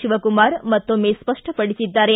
ಶಿವಕುಮಾರ್ ಮತ್ತೊಮ್ನೆ ಸ್ವಪ್ಪಪಡಿಸಿದ್ದಾರೆ